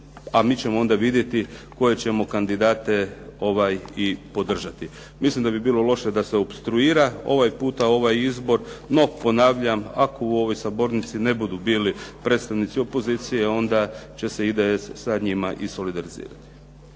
a mi ćemo onda vidjeti koje ćemo kandidate i podržati. Milim da bi bilo loše da se opstruira ovaj puta ovaj izbor. No ponavljam, ako u ovoj sabornici ne budu bili predstavnici opozicije, onda će se IDS sa njima i solidarizirati.